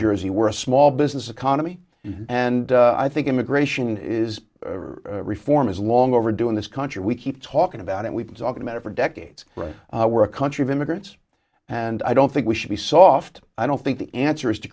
jersey we're a small business economy and i think immigration is reform is long overdue in this country we keep talking about it we've been talking about it for decades right we're a country of immigrants and i don't think we should be soft i don't think the answer is to